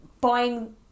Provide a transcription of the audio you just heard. buying